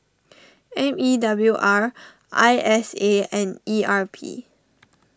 M E W R I S A and E R P